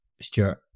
Stuart